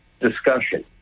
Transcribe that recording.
discussion